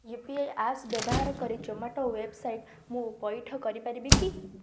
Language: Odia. ୟୁ ପି ଆଇ ଆପ୍ସ୍ ବ୍ୟବହାର କରି ଜୋମାଟୋ ୱେବ୍ସାଇଟ୍ ମୁଁ ପଇଠ କରିପାରିବି କି